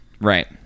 Right